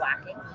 lacking